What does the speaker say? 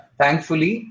thankfully